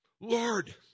Lord